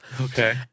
Okay